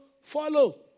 follow